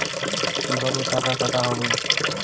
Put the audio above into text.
কিভাবে টাকা কাটা হবে?